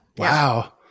wow